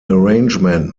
arrangement